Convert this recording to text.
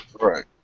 Right